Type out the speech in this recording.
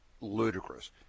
ludicrous